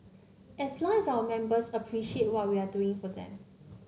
as long as our members appreciate what we are doing for them